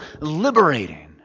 liberating